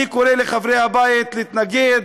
אני קורא לחברי הבית להתנגד